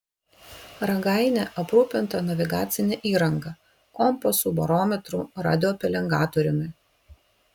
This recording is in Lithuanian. ragainė aprūpinta navigacine įranga kompasu barometru radiopelengatoriumi